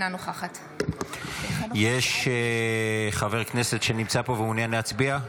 אינה נוכחת יש חבר כנסת שנמצא פה ומעוניין להצביע?